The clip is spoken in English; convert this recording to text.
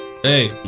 Hey